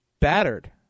battered